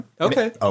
Okay